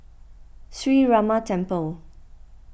Sree Ramar Temple